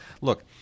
look